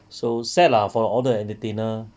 so sad lah for all the entertainer